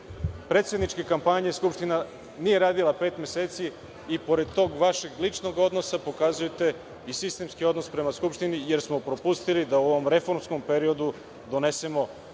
predsedničke kampanje, Skupština nije radila pet meseci. I pored tog vašeg ličnog odnosa, pokazujete i sistemski odnos prema Skupštini, jer smo propustili da u ovom reformskom periodu donesemo